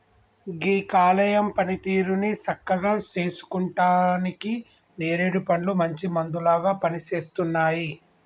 గీ కాలేయం పనితీరుని సక్కగా సేసుకుంటానికి నేరేడు పండ్లు మంచి మందులాగా పనిసేస్తున్నాయి